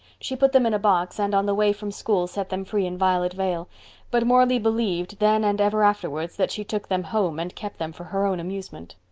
she put them in a box and on the way from school set them free in violet vale but morley believed, then and ever afterwards, that she took them home and kept them for her own amusement.